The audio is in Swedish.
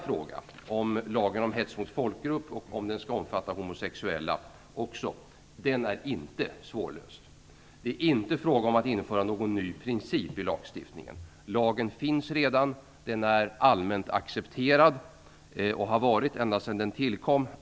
Frågan om lagen om hets mot folkgrupp och om den skall omfatta också homosexuella är emellertid inte svårlöst. Det är inte fråga om att införa någon ny princip i lagstiftningen. Lagen finns redan. Den är allmänt accepterad och har varit det ända sedan den tillkom.